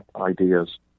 ideas